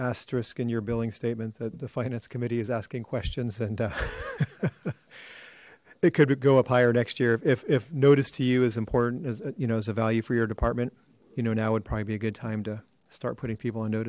asterisk in your billing statement that the finance committee is asking questions and it could go up higher next year if notice to you is important as you know as a value for your department you know now would probably be a good time to start putting people